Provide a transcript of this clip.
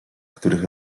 których